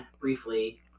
briefly